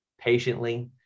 patiently